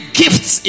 gifts